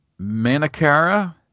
Manakara